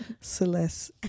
Celeste